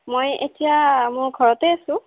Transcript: মই এতিয়া মোৰ ঘৰতে আছোঁ